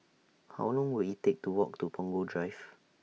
How Long Will IT Take to Walk to Punggol Drive